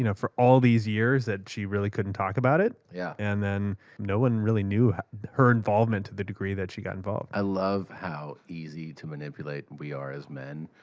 you know for all these years that she really couldn't talk about it, yeah and then no one really knew her involvement to the degree that she got involved. segura i love how easy to manipulate we are as men,